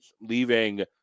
leaving